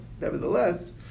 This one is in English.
nevertheless